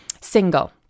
single